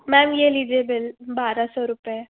ma'am ये लीजिए bill बारह सौ रुपए